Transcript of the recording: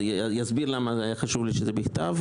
אסביר למה חשוב לי שזה יהיה בכתב,